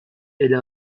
ele